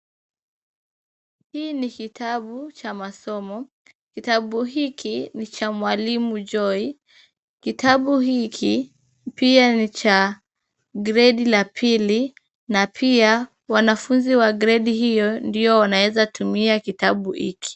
Hiki ni kitabu cha masomo. Kitabu hiki ni cha mwalimu Joy. Kitabu hiki pia ni cha grade la pili na pia wanafunzi wa grade hiyo ndio wanaeza tumia kitabu hiki.